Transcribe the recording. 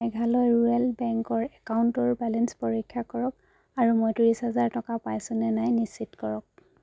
Meghalaya rural বেংকৰ একাউণ্টৰ balance পৰীক্ষা কৰক আৰু মই ত্ৰিছ হাজাৰ টকা পাইছো নে নাই নিশ্চিত কৰক